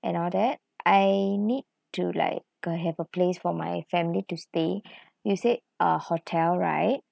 and all that I need to like uh have a place for my family to stay you said uh hotel right